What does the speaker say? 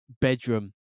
bedroom